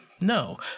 no